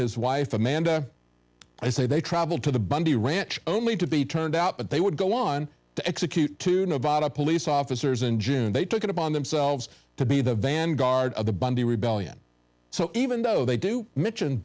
his wife amanda i say they travel to the bundy ranch only to be turned out but they would go on to execute to nevada police officers in june they took it upon themselves to be the vanguard of the bundy rebellion so even though they do m